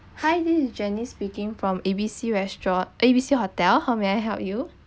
hi this is janice speaking from A B C restaurant A B C hotel how may I help you